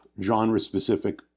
genre-specific